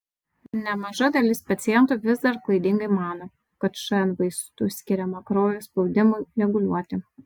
nemaža dalis pacientų vis dar klaidingai mano kad šn vaistų skiriama kraujo spaudimui reguliuoti